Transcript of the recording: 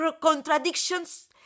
contradictions